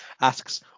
asks